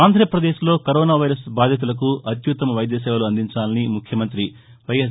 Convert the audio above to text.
ఆంధ్రప్రదేశ్లో corona virus బాధితులకు అత్యుత్తమ వైద్య సేవలు అందించాలని ముఖ్యమంత్రి వైఎస్